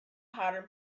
pattern